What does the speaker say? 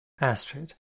Astrid